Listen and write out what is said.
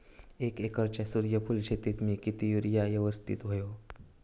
एक एकरच्या सूर्यफुल शेतीत मी किती युरिया यवस्तित व्हयो?